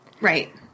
Right